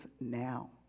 now